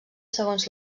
segons